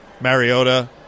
Mariota